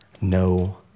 no